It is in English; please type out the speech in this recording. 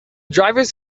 drivers